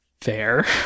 Fair